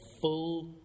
full